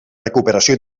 recuperació